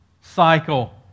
cycle